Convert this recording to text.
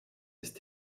ist